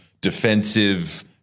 defensive